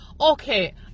okay